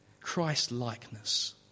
Christ-likeness